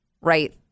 right